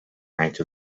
out